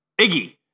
Iggy